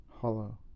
hollow